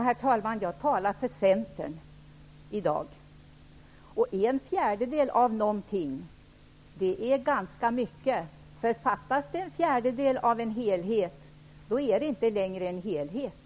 Herr talman! Jag talar i dag för Centern. En fjärdedel av någonting är ju ganska mycket, därför att om det fattas en fjärdedel av en helhet är det inte längre en helhet.